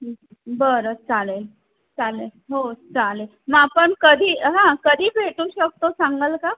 बरं चालेल चालेल हो चालेल मग आपण कधी हां कधी भेटू शकतो सांगाल का